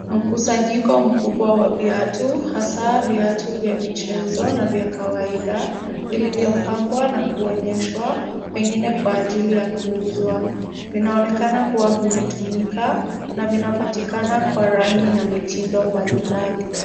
Mkusanyiko mkubwa wa viatu hasaa viatu vya michezo na vya kawaida vilivyopangwa na kuonyeshwa, pengine kwa ajili ya kuuzwa. Vinaonekana kuwa vimetumika na vinapatikana kwa rangi na mitindo mbalimbali.